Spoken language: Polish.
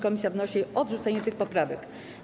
Komisja wnosi o odrzucenie tych poprawek.